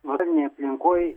norminėj aplinkoj